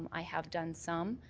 um i have done some,